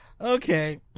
Okay